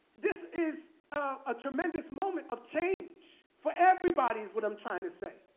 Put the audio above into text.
this is a tremendous moment of change for everybody is what i'm trying to say.